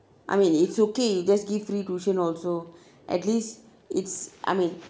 I mean it's okay just give free tuition also at least it's I mean